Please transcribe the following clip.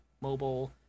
mobile